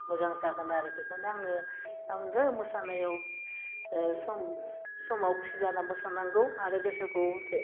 मोजां जागोन आरो बेखौनो आङो आंदो मोसानायाव सम समाव खुसि जाना मोसानांगौ आरो गोसोखौ